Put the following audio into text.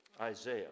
Isaiah